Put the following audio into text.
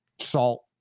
salt